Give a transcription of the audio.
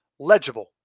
Legible